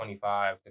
25